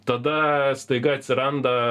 tada staiga atsiranda